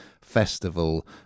festival